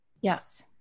Yes